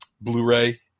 Blu-ray